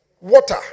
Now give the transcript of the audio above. water